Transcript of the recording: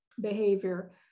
behavior